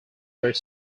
were